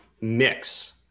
mix